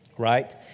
right